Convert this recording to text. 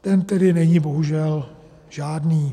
Ten tedy není bohužel žádný.